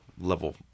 level